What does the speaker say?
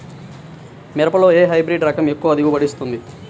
మిరపలో ఏ హైబ్రిడ్ రకం ఎక్కువ దిగుబడిని ఇస్తుంది?